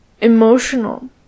emotional